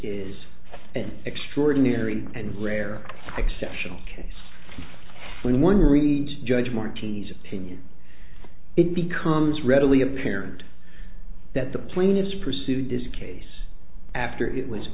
is an extraordinary and rare exceptional case when one reads judge morty's opinion it becomes readily apparent that the plaintiffs pursued this case after it was